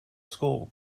school